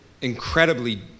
incredibly